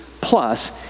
plus